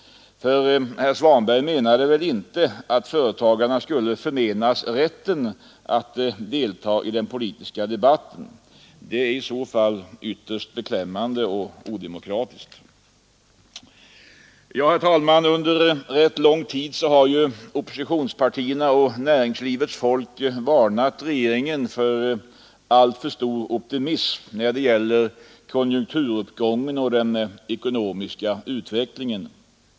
Herr Svanberg menade väl inte att företagarna skulle förmenas rätten att delta i den politiska debatten? Det är i så fall ytterst beklämmande och odemokratiskt. Under rätt lång tid har oppositionspartierna och näringslivets folk varnat regeringen för alltför stor optimism när det gäller konjunkturuppgången och den ekonomiska utvecklingen.